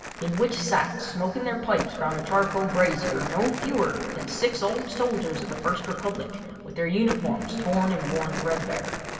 in which sat, smoking their pipes round a charcoal brazier, no fewer than six old soldiers of the first republic, with their uniforms torn and worn threadbare.